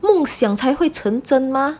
梦想才会成真 mah